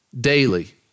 daily